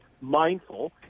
Mindful